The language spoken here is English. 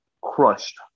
Crushed